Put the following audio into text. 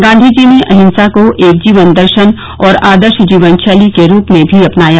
गांधी जी ने अहिंसा को एक जीवन दर्शन और आदर्श जीवन शैली के रूप में भी अपनाया